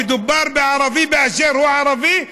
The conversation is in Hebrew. מדובר בערבי באשר הוא ערבי,